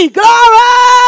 glory